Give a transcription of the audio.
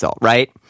right